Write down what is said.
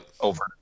over